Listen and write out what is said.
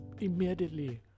immediately